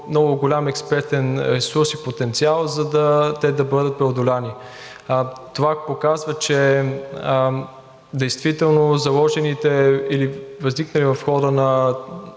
много голям експертен ресурс и потенциал, за да могат да бъдат преодолени. Това показва, че действително заложените или възникналите в хода на